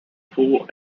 pool